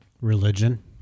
Religion